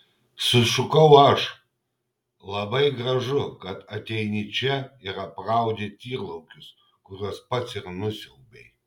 sušukau aš labai gražu kad ateini čia ir apraudi tyrlaukius kuriuos pats ir nusiaubei